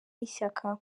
y’ishyaka